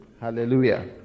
Hallelujah